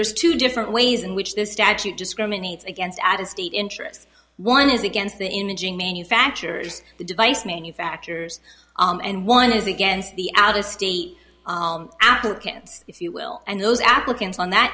there's two different ways in which the statute discriminates against at a state interest one is against the imaging manufacturers the device manufacturers and one is against the out of state applicants if you will and those applicants on that